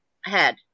head